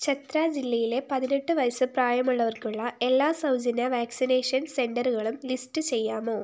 ഛത്ര ജില്ലയിലെ പതിനെട്ട് വയസ്സ് പ്രായമുള്ളവർക്കുള്ള എല്ലാ സൗജന്യ വാക്സിനേഷൻ സെൻറ്ററുകളും ലിസ്റ്റ് ചെയ്യാമോ